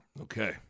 Okay